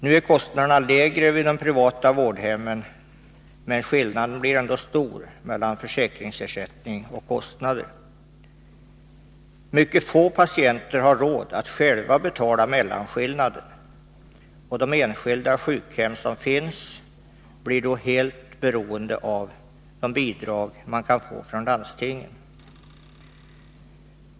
Nu är kostnaderna lägre vid de privata vårdhemmen men skillnaden blir ändå stor mellan försäkringsersättning och kostnader. Mycket få patienter har råd att själva betala mellanskillnaden, och de enskilda sjukhem som finns blir då helt beroende av om de kan få bidrag från landstingen.